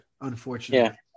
Unfortunately